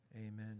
Amen